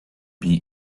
bee